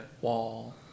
wall